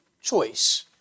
choice